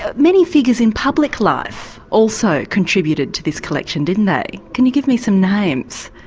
ah many figures in public life also contributed to this collection, didn't they? can you give me some names?